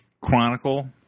Chronicle